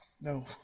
No